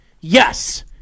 yes